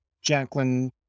Jacqueline